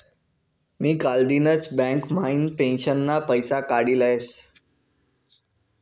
मी कालदिनच बँक म्हाइन पेंशनना पैसा काडी लयस